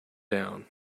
down